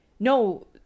No